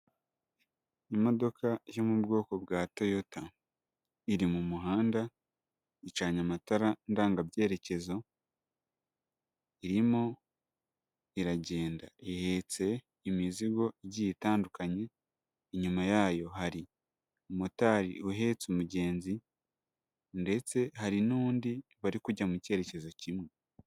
Imodoka yo mu bwoko bwa Toyota iri mu muhanda, icanye amatara ndangabyerekezo, irimo iragenda, ihetse imizigo igiye itandukanye, inyuma yayo hari motari uhetse umugenzi ndetse hari n'undi bari kujya mu cyerekezo kimwe.